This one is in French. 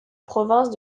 province